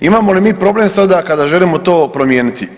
Imamo li mi problem sada kada želimo to promijeniti?